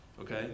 okay